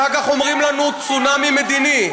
אחר כך אומרים לנו: צונאמי מדיני.